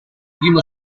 primo